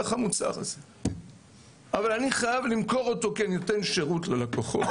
אבל אני חייב למכור אותו כי אני נותן שירות ללקוחות.